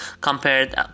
Compared